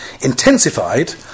intensified